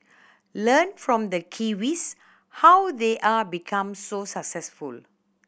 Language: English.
learn from the Kiwis how they are become so successful